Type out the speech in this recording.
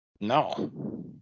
No